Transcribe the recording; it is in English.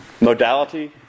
Modality